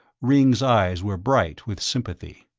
ringg's eyes were bright with sympathy.